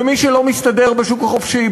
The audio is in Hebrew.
ומי שלא מסתדר בשוק החופשי,